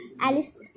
alice